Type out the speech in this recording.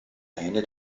eine